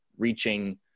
reaching